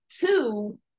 two